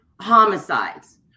homicides